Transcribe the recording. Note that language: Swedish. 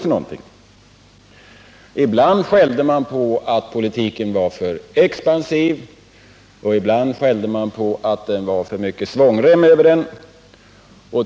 Ibland har man skällt över att politiken varit för expansiv, och ibland har man skällt över att det har varit för mycket svångrem över den.